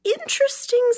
interesting